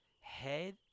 Head